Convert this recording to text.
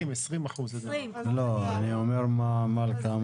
20%. לא, אני אומר מה מילכה אמרה.